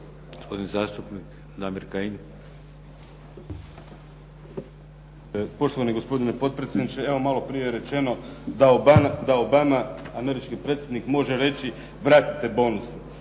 Kajin. **Kajin, Damir (IDS)** Poštovani gospodine potpredsjedniče, evo malo prije je rečeno, da Obama, američki predsjednik može reći "vratite bonuse".